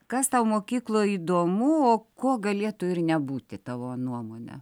kas tau mokykloj įdomu o ko galėtų ir nebūti tavo nuomone